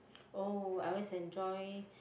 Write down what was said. oh I always enjoy